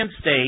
State